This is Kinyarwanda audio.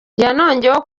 yanongeyeho